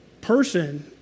person